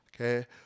Okay